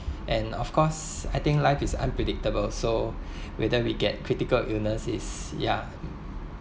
and of course I think life is unpredictable so whether we get critical illness is ya